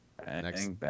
Next